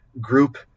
group